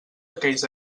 aquells